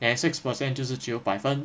then six percent 就是九百分